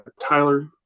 tyler